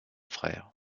frère